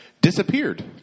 disappeared